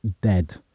dead